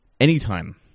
Anytime